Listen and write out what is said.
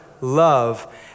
love